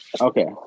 Okay